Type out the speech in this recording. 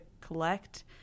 collect